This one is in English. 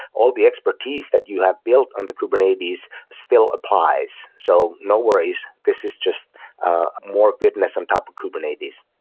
all the expertise that you have built on the kubernetes still applies. so no worries, this is just a more goodness on top of kubernetes.